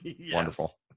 wonderful